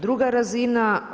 Druga razina.